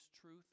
truth